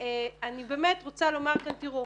ואני באמת רוצה לומר כאן, תראו,